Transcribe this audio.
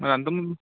మరి అంతకు ముందు